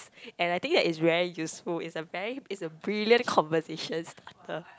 and I think that is very useful is a very is a brilliant conversation start